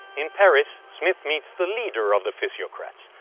in paris, smith meets the leader of the physiocrats,